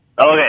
okay